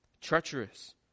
treacherous